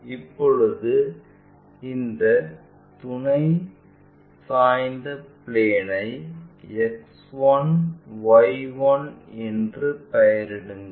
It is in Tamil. இப்போது இந்த துணை சாய்ந்த பிளேன்ஐ X1 Y1 என்று பெயரிடுங்கள்